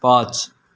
पाँच